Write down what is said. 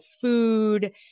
food